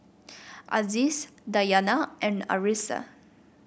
Aziz Dayana and Arissa